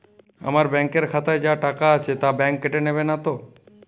আমার ব্যাঙ্ক এর খাতায় যা টাকা আছে তা বাংক কেটে নেবে নাতো?